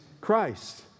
Christ